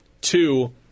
Two